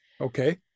Okay